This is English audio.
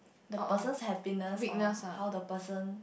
the person's happiness or how the person